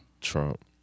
Trump